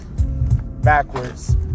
backwards